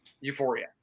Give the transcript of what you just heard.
Euphoria